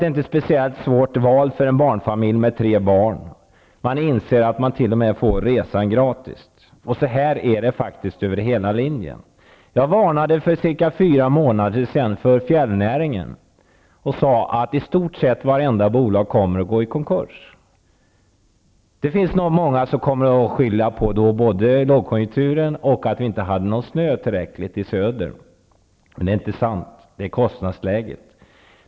Det är inte ett speciellt svårt val för en barnfamilj med tre barn -- de inser att man t.o.m. får resan gratis. Så är det över hela linjen. Jag varnade för cirka fyra månader sedan för utvecklingen inom fjällnäringen och sade att i stort sett varje bolag skulle komma att gå i konkurs. Det är nog många som kommer att skylla både på lågkonjunkturen och på att det inte var tillräckligt med snö i söder, men det är inte sant. Det handlar om kostnadsläget.